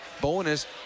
bonus